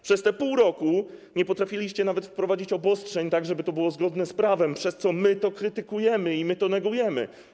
Przez te pół roku nie potrafiliście nawet wprowadzić obostrzeń tak, żeby to było zgodne z prawem, przez co my to krytykujemy i negujemy.